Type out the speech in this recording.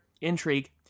intrigue